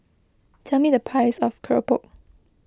tell me the price of Keropok